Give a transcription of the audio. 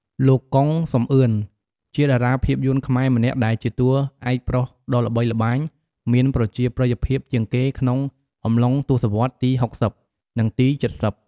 លោក កុង សំអឿន ជាតារាភាពយន្តខ្មែរម្នាក់ដែលជាតួឯកប្រុសដ៏ល្បីល្បាញមានប្រជាប្រិយភាពជាងគេក្នុងអំឡុងទសវត្សរ៍ ទី៦០ និងទី៧០។